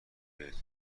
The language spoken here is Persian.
بهتون